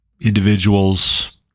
individuals